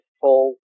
full